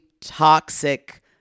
toxic